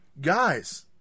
Guys